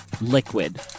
liquid